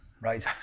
right